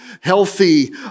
healthy